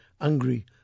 angry